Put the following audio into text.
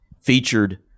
featured